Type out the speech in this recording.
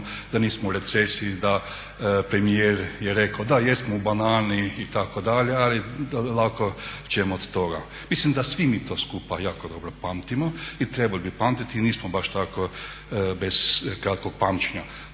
da nismo u recesiji, da premijer je rekao da jesmo u banani itd. ali lako ćemo od toga. Mislim da svi mi to skupa jako dobro pamtimo i trebali bi pamtiti i nismo baš tako kratkog pamćenja.